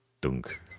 Dunk